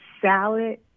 salad